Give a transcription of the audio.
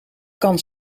kan